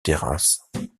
terrasses